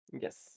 Yes